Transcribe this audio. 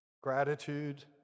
gratitude